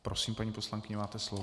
Prosím, paní poslankyně, máte slovo.